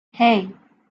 hey